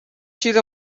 چیز